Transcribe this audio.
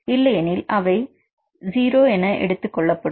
இல்லையெனில் அவை 0 என எடுத்துக்கொள்ளப்படும்